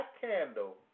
candle